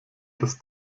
des